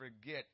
forget